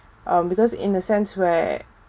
um because in a sense where